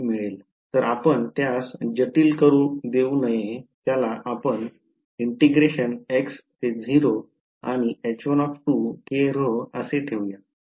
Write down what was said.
तर आपण त्यास जटिल करू देऊ नये त्याला आपण आणि H1 kρ तसे ठेवूया